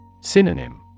synonym